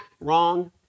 wrong